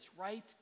right